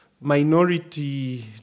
minority